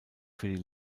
für